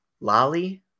Lolly